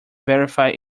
verify